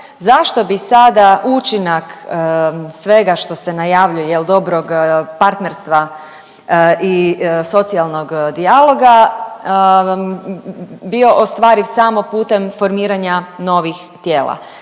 zašto bi sada učinak svega što se najavljuje, je li, dobrog partnerstva i socijalnog dijaloga, bio ostvariv samo putem formiranja novih tijela.